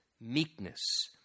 meekness